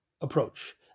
approach